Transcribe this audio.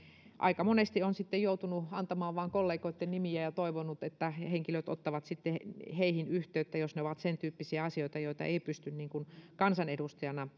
aika monesti on sitten vain joutunut antamaan kollegoitten nimiä ja on toivonut että henkilöt ottavat sitten heihin yhteyttä jos on sen tyyppisiä asioita joita ei ei pysty kansanedustajana